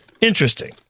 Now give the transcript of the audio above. interesting